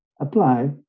apply